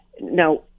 Now